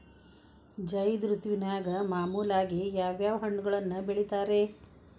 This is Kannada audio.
ಝೈದ್ ಋತುವಿನಾಗ ಮಾಮೂಲಾಗಿ ಯಾವ್ಯಾವ ಹಣ್ಣುಗಳನ್ನ ಬೆಳಿತಾರ ರೇ?